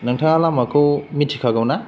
नोंथाङा लामाखौ मिथिखागौ ना